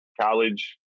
college